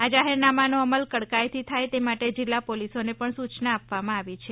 આ જાહેરનામાનો અમલ કડકાઈથી થાય તે માટે જિલ્લા પોલીસને પણ સૂચના આપવામાં આવી છે